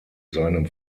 seinem